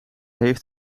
heeft